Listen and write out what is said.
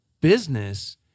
business